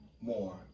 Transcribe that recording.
more